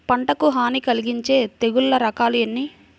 పంటకు హాని కలిగించే తెగుళ్ళ రకాలు ఎన్ని?